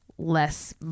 less